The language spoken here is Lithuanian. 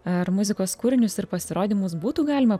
ar muzikos kūrinius ir pasirodymus būtų galima